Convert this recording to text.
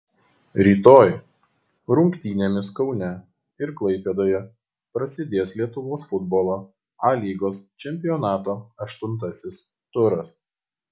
rytoj rungtynėmis kaune ir klaipėdoje prasidės lietuvos futbolo a lygos čempionato aštuntasis turas